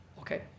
Okay